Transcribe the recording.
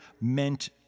meant